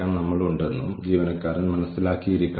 അവർ നമ്മിൽ നിന്ന് സാധനങ്ങൾ വാങ്ങുന്നുണ്ടാകാം